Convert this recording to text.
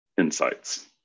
insights